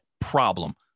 problem